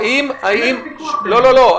אין ויכוח בינינו.